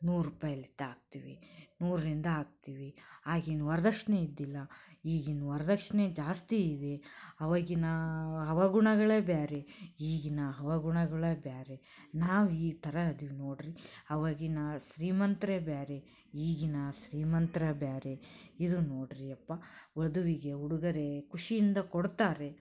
ನೂರು ರೂಪಾಯಿ ಲೆಕ್ಕದಾಗ್ ಹಾಕ್ತೀವಿ ನೂರರಿಂದ ಹಾಕ್ತೀವಿ ಆಗೇನು ವರ್ದಕ್ಷಿಣೆ ಇದ್ದಿಲ್ಲ ಈಗಿನ ವರ್ದಕ್ಷಿಣೆ ಜಾಸ್ತಿ ಇದೆ ಅವಾಗಿನ ಹವಾಗುಣಗಳೆ ಬೇರೆ ಈಗಿನ ಹವಾಗುಣಗಳೇ ಬೇರೆ ನಾವು ಈ ಥರ ಇದೀವ್ ನೋಡಿ ರೀ ಅವಾಗಿನ ಶ್ರೀಮಂತರೇ ಬೇರೆ ಈಗಿನ ಶ್ರೀಮಂತ್ರ ಬೇರೆ ಇದು ನೋಡ್ರೀಯಪ್ಪ ವಧುವಿಗೆ ಉಡುಗೊರೆ ಖುಷಿಯಿಂದ ಕೊಡ್ತಾರೆ